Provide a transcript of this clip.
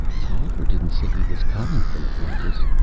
tolliver didn't say he was coming from atlantis,